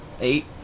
Eight